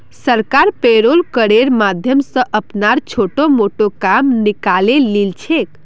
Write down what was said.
सरकार पेरोल करेर माध्यम स अपनार छोटो मोटो काम निकाले ली छेक